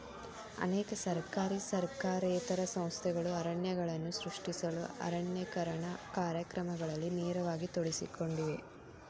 ಅನೇಕ ಸರ್ಕಾರಿ ಸರ್ಕಾರೇತರ ಸಂಸ್ಥೆಗಳು ಅರಣ್ಯಗಳನ್ನು ಸೃಷ್ಟಿಸಲು ಅರಣ್ಯೇಕರಣ ಕಾರ್ಯಕ್ರಮಗಳಲ್ಲಿ ನೇರವಾಗಿ ತೊಡಗಿಸಿಕೊಂಡಿವೆ